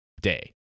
day